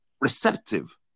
receptive